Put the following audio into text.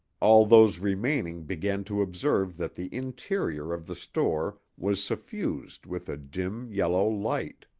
all those remaining began to observe that the interior of the store was suffused with a dim, yellow light.